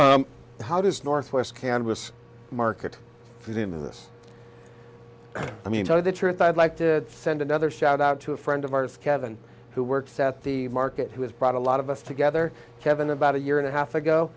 how does northwest canvas market because in this i mean tell you the truth i'd like to send another shout out to a friend of ours kevin who works at the market who has brought a lot of us together kevin about a year and a half ago